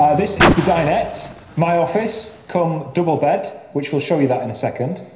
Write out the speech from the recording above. ah this is the dinette, my office come double bed, which we'll show you that in a second.